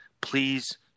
Please